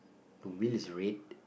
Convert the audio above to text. two wheel is red